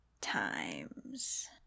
times